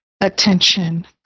attention